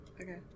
Okay